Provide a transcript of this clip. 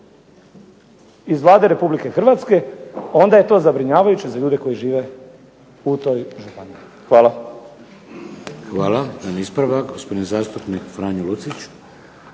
iz Vlade Republike Hrvatske onda je to zabrinjavajuće za ljude koji žive u toj županiji. Hvala. **Šeks, Vladimir (HDZ)** Hvala. Jedan ispravak, gospodin zastupnik Franjo Lucić.